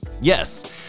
Yes